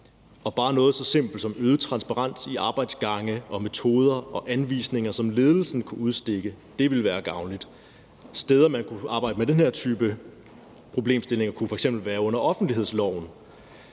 Og bare noget så simpelt som øget transparens i arbejdsgange og metoder og anvisninger, som ledelsen kunne udstikke, ville være gavnligt. Steder, man kunne arbejde med den her type problemstillinger, kunne f.eks. være under offentlighedsloven